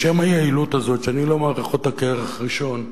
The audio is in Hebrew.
בשם היעילות הזאת, שאני לא מעריך אותה כערך ראשון,